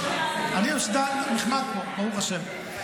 נחמד פה, ברוך השם.